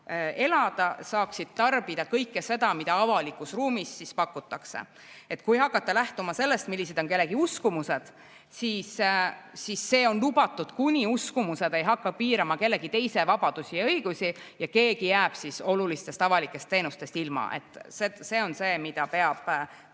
elada, saaksid tarbida kõike seda, mida avalikus ruumis pakutakse. Kui hakata lähtuma sellest, millised on kellegi uskumused, siis see on lubatud, kuni uskumused ei hakka piirama kellegi teise vabadusi ja õigusi, nii et keegi jääb olulistest avalikest teenustest ilma. See on see, mida peab